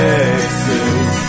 Texas